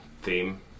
theme